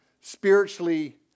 spiritually